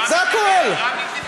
רבין דיבר.